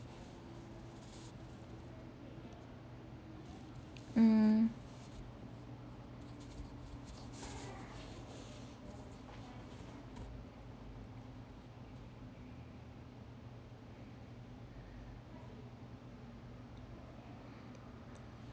mmhmm